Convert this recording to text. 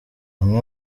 amwe